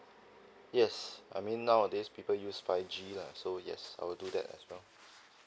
yes I mean nowadays people use five G lah so yes I will do that as well